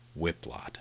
Whiplot